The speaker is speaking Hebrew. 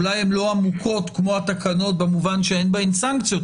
אולי הן לא עמוקות כמו התקנות כי אין בהן סנקציות,